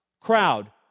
Crowd